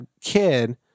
kid